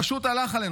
פשוט הלך עלינו.